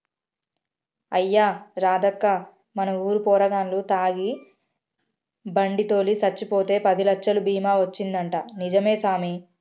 అయ్యా రాదక్కా మన ఊరు పోరగాల్లు తాగి బండి తోలి సచ్చిపోతే పదిలచ్చలు బీమా వచ్చిందంటా నిజమే సామి